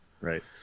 right